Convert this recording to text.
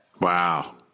Wow